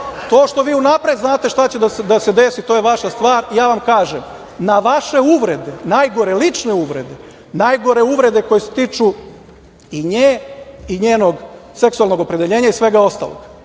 što vi unapred znate šta će da se desi, to je vaša stvar. Ja vam kažem, na vaše uvrede, najgore lične uvrede, najgore koje se tiče i nje i njenog seksualnog opredeljenja i svega ostalog,